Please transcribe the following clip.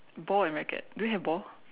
ball and racket do you have ball